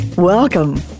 Welcome